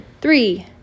Three